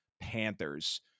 Panthers